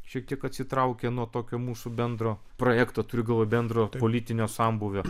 šiek tiek atsitraukė nuo tokio mūsų bendro projekto turiu galvoje bendro politinio sambūvio